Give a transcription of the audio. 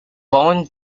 bone